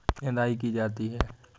निदाई की जाती है?